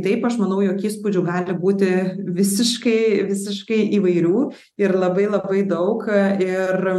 taip aš manau jog įspūdžių gali būti visiškai visiškai įvairių ir labai labai daug ir